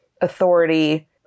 authority